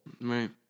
Right